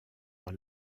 dans